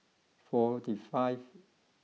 forty five